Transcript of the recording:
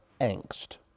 angst